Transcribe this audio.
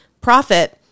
profit